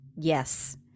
yes